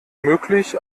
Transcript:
möglich